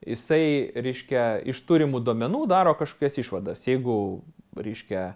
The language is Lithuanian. jisai reiškia iš turimų duomenų daro kažkokias išvadas jeigu reiškia